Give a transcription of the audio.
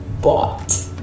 bought